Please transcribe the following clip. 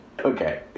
Okay